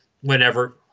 whenever